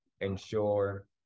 ensure